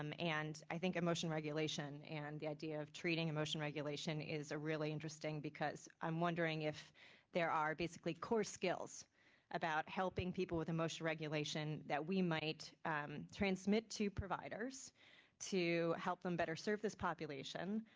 um and i think emotion regulation and the idea of treating emotion regulation is a really interesting because i'm wondering if there are basically core skills helping people with emotion regulation that we might transmit to providers to help them better serve this population,